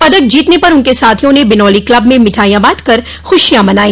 पदक जीतने पर उनके साथियों न बिनौली क्लब में मिठाई बांट कर खुशियां मनाई